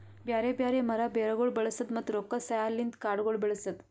ಬ್ಯಾರೆ ಬ್ಯಾರೆ ಮರ, ಬೇರಗೊಳ್ ಬಳಸದ್, ಮತ್ತ ರೊಕ್ಕದ ಸಹಾಯಲಿಂತ್ ಕಾಡಗೊಳ್ ಬೆಳಸದ್